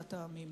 בקהילת העמים.